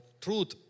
truth